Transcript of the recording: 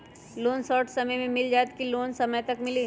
Loan short समय मे मिल जाएत कि लोन समय तक मिली?